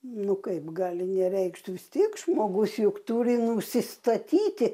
nu kaip gali nereikšt vis tiek žmogus juk turi nusistatyti